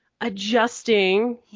adjusting